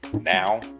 now